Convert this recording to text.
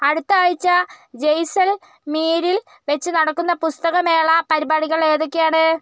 അടുത്ത ആഴ്ച്ച ജെയ്സൽ മീരിൽ വെച്ച് നടക്കുന്ന പുസ്തകമേള പരിപാടികൾ ഏതൊക്കെയാണ്